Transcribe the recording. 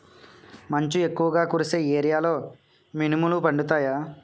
మంచు ఎక్కువుగా కురిసే ఏరియాలో మినుములు పండుతాయా?